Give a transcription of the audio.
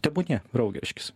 tebūnie raugerškis